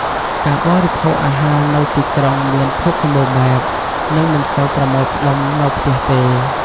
ការបរិភោគអាហារនៅទីក្រុងមានភាពសម្បូរបែប និងមិនសូវប្រមូលផ្ដុំនៅផ្ទះទេ។